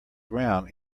ground